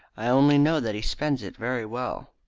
i only know that he spends it very well.